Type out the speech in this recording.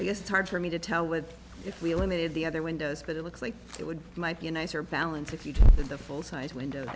i guess it's hard for me to tell with if we limited the other windows but it looks like it would might be a nicer balance if you had the full size window